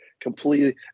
Completely